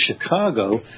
Chicago